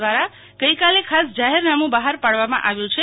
દવારા ગઈકાલે ખાસ જાહેરનામું બહાર પાડવામાં આવ્યું છે